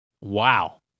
wow